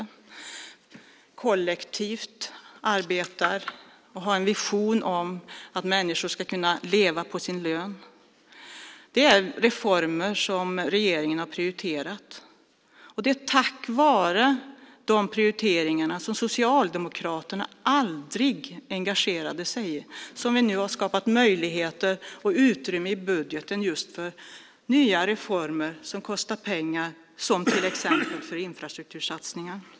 Den arbetar kollektivt för och har visionen att människor ska kunna leva på sin lön. Det är reformer som regeringen har prioriterat. Det är tack vare de prioriteringarna, som Socialdemokraterna aldrig engagerade sig i, som vi nu har skapat möjligheter och utrymme i budgeten för nya reformer som kostar pengar, som till exempel infrastruktursatsningar.